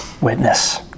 Witness